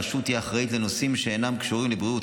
הרשות תהיה אחראית לנושאים שאינם קשורים לבריאות,